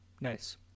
Nice